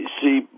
See